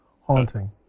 haunting